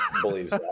believes